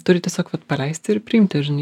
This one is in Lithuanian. turi tiesiog vat paleisti ir priimti žinai